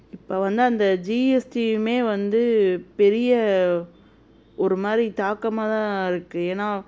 இப்போ வந்து அந்த ஜிஎஸ்டியுமே வந்து பெரிய ஒரு மாதிரி தாக்கமாக தான் இருக்குது ஏன்னால்